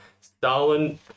Stalin